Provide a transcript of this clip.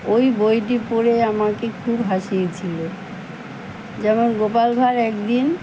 ওই বইটি পড়ে আমাকে খুব হাসিয়েছিলো যেমন গোপাল ভাঁড় একদিন